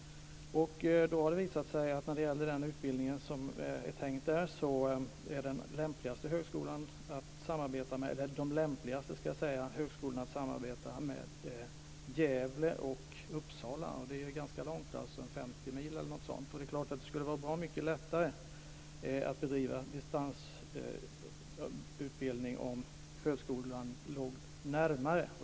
Det har visat sig när det gäller den utbildning som är tänkt där att de lämpligaste högskolorna att samarbeta med är Gävle och Uppsala. Det är ganska långt dit, 50 mil. Det skulle vara bra mycket lättare att bedriva distansutbildning om högskolan låg närmare.